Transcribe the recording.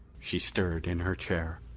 she stirred in her chair.